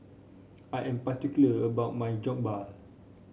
I am particular about my Jokbal